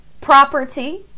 property